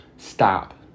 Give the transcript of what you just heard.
Stop